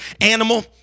animal